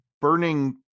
burning